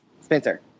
Spencer